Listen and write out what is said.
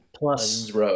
Plus